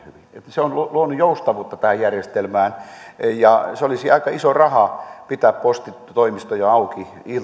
se on luonut joustavuutta tähän järjestelmään olisi aika iso raha pitää postitoimistoja auki